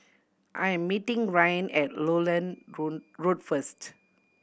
I am meeting Ryne at Lowland Road first